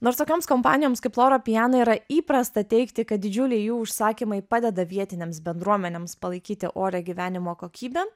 nors tokioms kompanijoms kaip loro piana yra įprasta teigti kad didžiuliai jų užsakymai padeda vietinėms bendruomenėms palaikyti orią gyvenimo kokybę